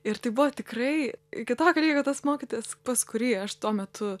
ir tai buvo tikrai iki tokio lygio kad tas mokytojas pas kurį aš tuo metu